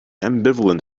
ambivalent